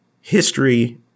history